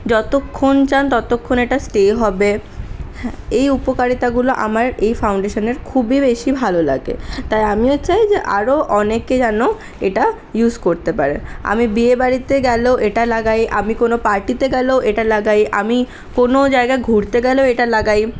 যতক্ষন চান ততক্ষণ এটা স্টে হবে হ্যাঁ এই উপকারিতাগুলো আমার এই ফাউন্ডেশানের খুবই বেশি ভালো লাগে তাই আমিও চাই যে আরও অনেকে যেন এটা ইউস করতে পারে আমি বিয়েবাড়িতে গেলেও এটা লাগাই আমি কোনো পার্টিতে গেলেও এটা লাগাই আমি কোনো জায়গা ঘুরতে গেলেও এটা লাগাই